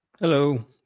Hello